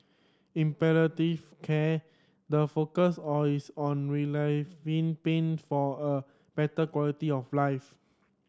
in palliative care the focus on is on relieving pain for a better quality of life